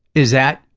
is that,